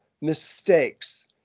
mistakes